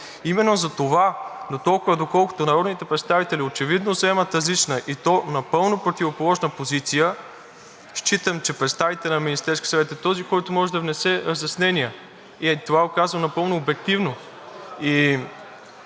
Именно затова, дотолкова доколкото народните представители очевидно заемат различна, и то напълно противоположна позиция, считам, че представителят на Министерския съвет е този, който може да внесе разяснения. И това го казвам напълно обективно.